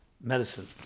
medicine